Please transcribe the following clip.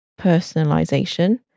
personalization